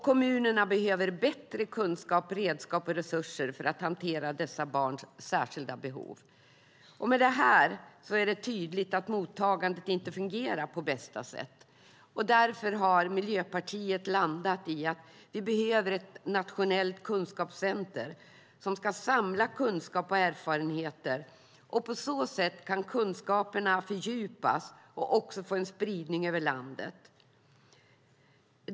Kommunerna behöver bättre kunskap, redskap och resurser för att hantera dessa barns särskilda behov. Det är tydligt att mottagandet inte fungerar på bästa sätt. Därför har Miljöpartiet landat i att vi behöver ett nationellt kunskapscentrum som ska samla kunskap och erfarenheter. På så sätt kan kunskaperna fördjupas och få en spridning över landet.